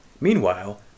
Meanwhile